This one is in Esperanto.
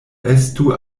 estu